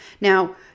Now